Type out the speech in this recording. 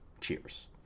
Cheers